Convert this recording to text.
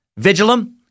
vigilum